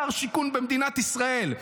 שר שיכון במדינת ישראל.